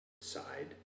side